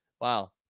Wow